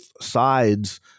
sides